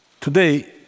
Today